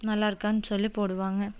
நல்லா இருக்கான்னு சொல்லி போடுவாங்க